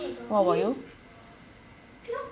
what about you